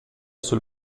sul